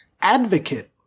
advocate